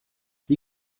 wie